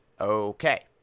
Okay